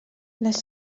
les